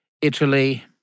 Italy